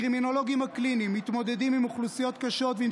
הקרימינולוגים הקליניים מתמודדים עם אוכלוסיות קשות ועם